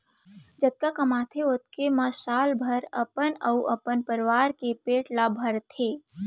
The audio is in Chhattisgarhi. जतका कमाथे ओतके म साल भर अपन अउ अपन परवार के पेट ल भरथे